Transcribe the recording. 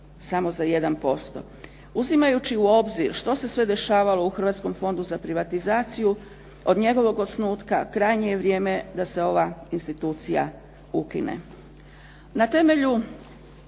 Hrvatskom fondu za privatizaciju od njegovog osnutka, krajnje je vrijeme da se ova institucija ukine.